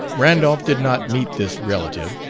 randolph did not meet this relative,